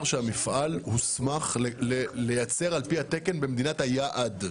שהמפעל הוסמך לייצר על פי התקן במדינת היעד.